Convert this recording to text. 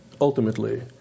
ultimately